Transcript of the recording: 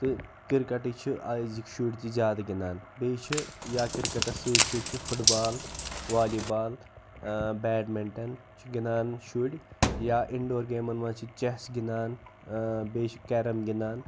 تہٕ کِرکَٹٕۍ چھِ أزِکۍ شُرۍ تہِ زیادٕ گِنٛدان بیٚیہِ چھِ یا کِرکَٹَس سۭتۍ سۭتۍ چھِ football volleyball badminton چھِ گِنٛدان شُرۍ یا اِنڈور گیمَن منٛز چھِ چَٮ۪س گِنٛدان بیٚیہِ چھِ کٮ۪رَم گِنٛدان